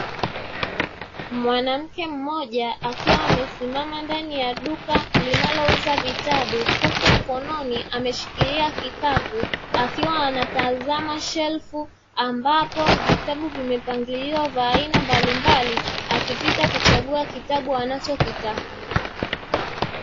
Mwanamke mmoja akiwa amesimama ndani ya duka linalouza vitabu huku mkononi ameshikilia kikapu, akiwa anatazama shelfu ambapo vitabu vimepangiliwa vya aina mbalimbali akipita kuchagua kitabu anachokitaka.